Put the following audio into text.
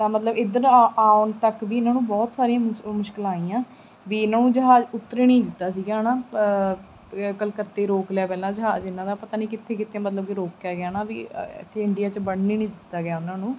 ਤਾਂ ਮਤਲਬ ਇੱਧਰ ਆ ਆਉਣ ਤੱਕ ਵੀ ਇਹਨਾਂ ਨੂੰ ਬਹੁਤ ਸਾਰੀਆਂ ਮੁਸ ਮੁਸ਼ਕਿਲਾਂ ਆਈਆ ਵੀ ਇਹਨਾਂ ਨੂੰ ਜਹਾਜ਼ ਉਤਰਨਣੀ ਦਿੱਤਾ ਸੀਗਾ ਹੈ ਨਾ ਕਲਕੱਤੇ ਰੋਕ ਲਿਆ ਪਹਿਲਾਂ ਜਹਾਜ਼ ਇਹਨਾਂ ਦਾ ਪਤਾ ਨਹੀਂ ਕਿੱਥੇ ਕਿੱਥੇ ਮਤਲਬ ਕਿ ਰੋਕਿਆ ਗਿਆ ਨਾ ਵੀ ਇੱਥੇ ਇੰਡੀਆ 'ਚ ਵੜਨ ਹੀ ਨਹੀਂ ਦਿੱਤਾ ਗਿਆ ਉਹਨਾਂ ਨੂੰ